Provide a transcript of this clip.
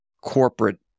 corporate